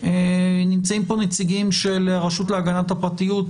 נמצאים פה נציגים של הרשות להגנת הפרטיות,